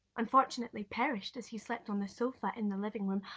unfortunately, perished as he slept on the sofa in the living room,